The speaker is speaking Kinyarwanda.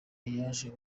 yaje